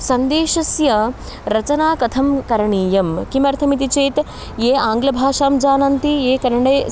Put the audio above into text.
सन्देशस्य रचनां कथं करणीया किमर्थमिति चेत् ये आङ्गलभाषां जानन्ति ये कन्नडे